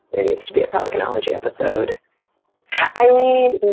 there needs to be a pelicanology episode i mean,